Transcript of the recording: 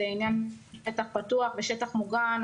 לעניין "שטח פתוח" ו"שטח מוגן".